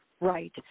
Right